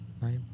right